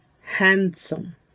handsome